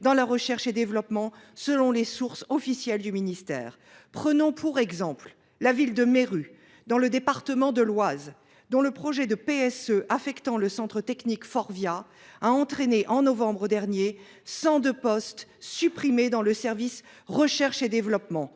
dans la recherche et développement selon les sources officielles du ministère. Prenons pour exemple la ville de Meru. dans le département de l'Oise dont le projet de PSE affectant le centre technique Forvia a entraîné en novembre dernier 102 postes supprimés dans le service recherche et développement.